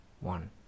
one